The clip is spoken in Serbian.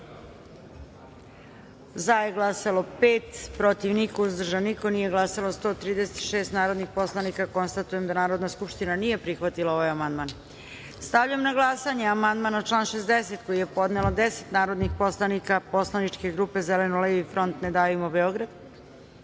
za – pet, protiv – niko, uzdržan – niko, nije glasalo 136 narodnih poslanika. Konstatujem da Narodna skupština nije prihvatila ovaj amandman. Stavljam na glasanje amandman na član 60. koji je podnelo 10 narodnih poslanika poslaničke grupe Zeleno-levi front – Ne davimo